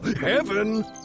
heaven